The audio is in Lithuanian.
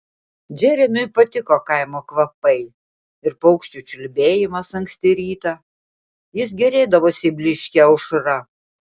džeremiui patiko kaimo kvapai ir paukščių čiulbėjimas anksti rytą jis gėrėdavosi blyškia aušra